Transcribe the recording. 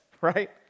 right